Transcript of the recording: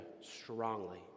strongly